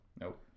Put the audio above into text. Nope